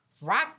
rock